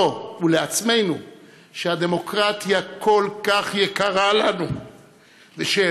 ולעצמנו שהדמוקרטיה כל כך יקרה לנו ושלעולם,